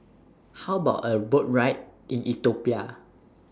How about A Boat Tour in Ethiopia